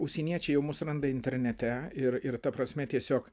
užsieniečiai mus randa internete ir ir ta prasme tiesiog